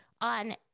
on